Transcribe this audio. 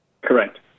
Correct